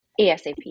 ASAP